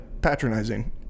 Patronizing